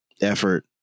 effort